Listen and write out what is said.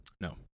No